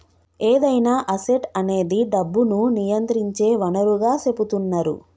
ఏదైనా అసెట్ అనేది డబ్బును నియంత్రించే వనరుగా సెపుతున్నరు